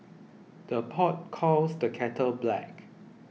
the pot calls the kettle black